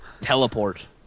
teleport